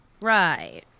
Right